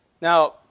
Now